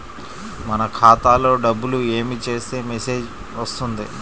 మన ఖాతాలో డబ్బులు ఏమి చేస్తే మెసేజ్ వస్తుంది?